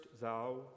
thou